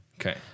Okay